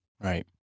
Right